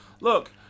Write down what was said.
Look